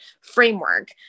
framework